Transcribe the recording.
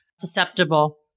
susceptible